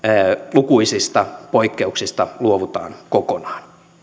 lukuisista poikkeuksista luovutaan kokonaan